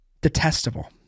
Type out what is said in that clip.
detestable